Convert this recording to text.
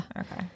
Okay